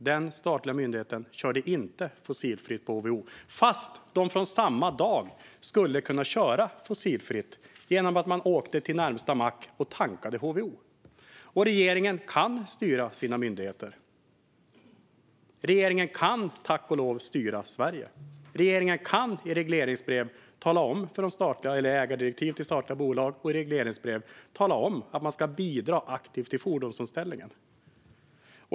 Den statliga myndigheten körde inte fossilfritt på HVO, fast de från samma dag skulle kunna göra det genom att åka till närmsta mack och tanka HVO. Regeringen kan styra sina myndigheter. Regeringen kan tack och lov styra Sverige. Regeringen kan i ägardirektiv och regleringsbrev till statliga bolag tala om att man ska bidra aktivt till fordonsomställningen.